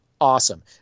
Awesome